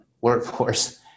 workforce